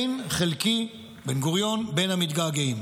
אין חלקי, בן-גוריון, בין המתגעגעים,